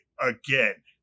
again